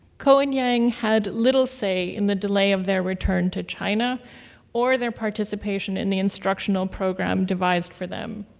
ko and yang had little say in the delay of their return to china or their participation in the instructional program devised for them.